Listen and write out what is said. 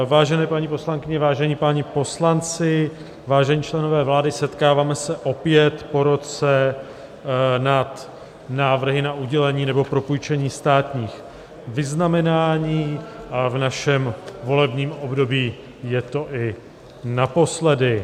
Vážené paní poslankyně, vážení páni poslanci, vážení členové vlády, setkáváme se opět po roce nad návrhy na udělení nebo propůjčení státních vyznamenání a v našem volebním období je to i naposledy.